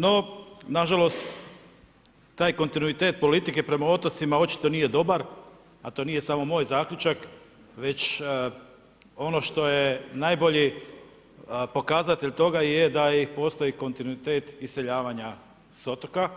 No, nažalost, taj kontinuitet politike prema otocima očito nije dobar, a to nije samo moj zaključak, već ono što je najbolji pokazatelj toga je da i postoji kontinuitet iseljavanja s otoka,